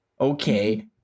okay